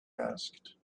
asked